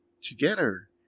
together